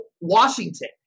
Washington